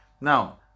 Now